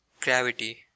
Gravity